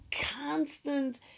constant